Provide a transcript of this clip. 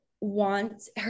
wants